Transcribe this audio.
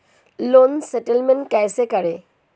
Loan settlement कैसे करें?